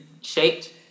shaped